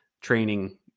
training